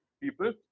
people